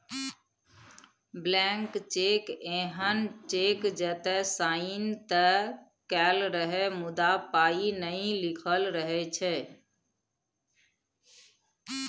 blank cheque एहन cheque जतय sign तए कएल रहय मुदा पाइ नहि लिखल रहै छै